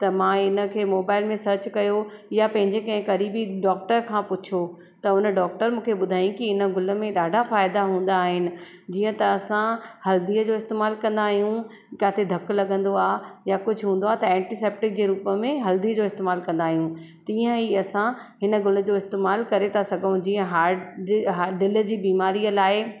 त मां इन खे मोबाइल में सर्च कयो या पंहिंजे कंहिं करीबी डॉक्टर खां पुछो त उन डॉक्टर मूंखे ॿुधाई कि इन गुल में ॾाढा फ़ाइदा हूंदा आहिनि जीअं त असां हल्दीअ जो इस्तेमालु कंदा आहियूं किथे धक लॻंदो आहे या कुझु हूंदो आहे त एंटीसैप्टिक जे रूप में हल्दी जो इस्तेमालु कंदा आहियूं तीअं ई असां हिन गुल जो इस्तेमालु करे था सघूं जीअं हार्ट दिल जी बीमारीअ लाइ